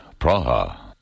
Praha